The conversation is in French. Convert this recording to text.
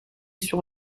sur